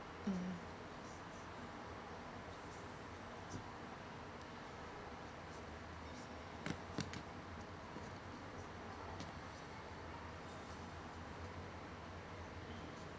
mm